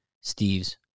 Steve's